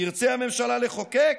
תרצה הממשלה לחוקק,